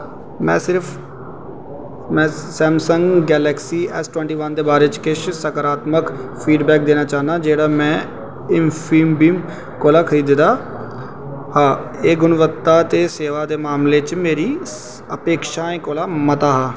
में सिर्फ Samsung Galaxy S twenty one दे बारे च किश सकारात्मक फीडबैक देना चाह्न्नां जेह्ड़ा में इंफीबीम कोला खरीदेआ हा एह् गुणवत्ता ते सेवा दे मामले च मेरी अपेक्षाएं कोला मता हा